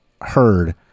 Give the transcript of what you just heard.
heard